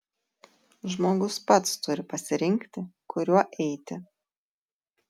žmogus pats turi pasirinkti kuriuo eiti